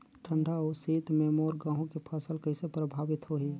ठंडा अउ शीत मे मोर गहूं के फसल कइसे प्रभावित होही?